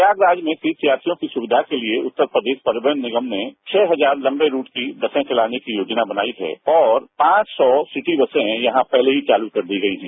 प्रयागराज में तीर्थयात्रियों की सुकिया के लिए उत्तर प्रदेश परिवहन निगम ने छह हजार लंबे रूट की बसे चलाने की योजना बनाई है और पांच सौ सिटी बसें यहां पहले ही चालू कर दी गई है